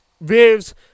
waves